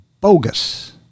bogus